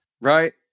right